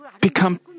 become